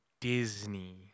disney